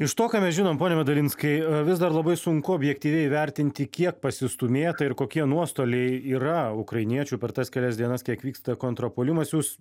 iš to ką mes žinom pone medalinskai vis dar labai sunku objektyviai įvertinti kiek pasistūmėta ir kokie nuostoliai yra ukrainiečių per tas kelias dienas kiek vyksta kontrpuolimas jūs